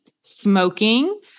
smoking